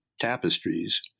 tapestries